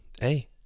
Hey